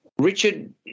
Richard